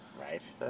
Right